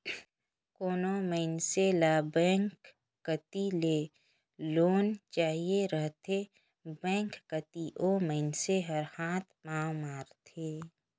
कोनो मइनसे ल बेंक कती ले लोन चाहिए रहथे बेंक कती ओ मइनसे हर हाथ पांव मारथे